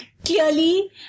Clearly